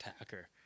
Attacker